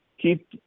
Keep